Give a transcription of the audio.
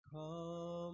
Come